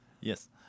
Yes